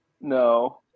no